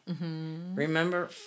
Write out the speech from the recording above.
remember